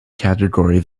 category